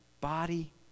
body